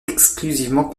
exclusivement